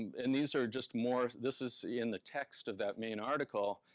and these are just more, this is in the text of that main article.